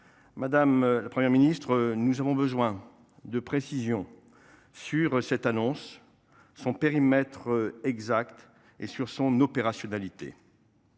Madame la Première ministre, nous avons besoin de précisions sur cette annonce, son périmètre exact et son opérationnalité.